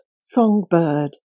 songbird